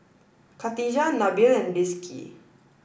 Khatijah Nabil and Rizqi